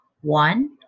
One